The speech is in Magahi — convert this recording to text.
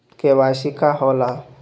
के.वाई.सी का होला?